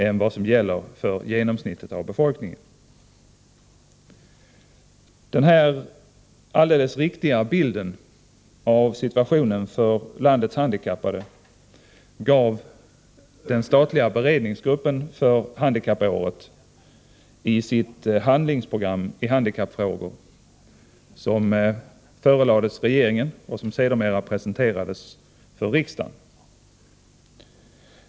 än som gäller för genomsnittet av befolkningen.” Den här alldeles riktiga bilden av situationen för landets handikappade gav den statliga beredningsgruppen för handikappåret i sitt handlingsprogram i handikappfrågor, som förelades regeringen och som sedermera presenterades för riksdagen.